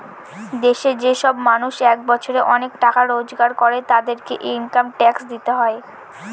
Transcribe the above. দেশে যে সব মানুষ এক বছরে অনেক টাকা রোজগার করে, তাদেরকে ইনকাম ট্যাক্স দিতে হয়